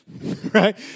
Right